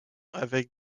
avec